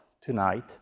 tonight